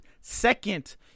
Second